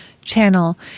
channel